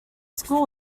school